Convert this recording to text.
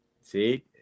See